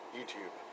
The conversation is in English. YouTube